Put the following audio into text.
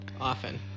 often